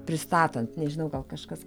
pristatant nežinau gal kažkas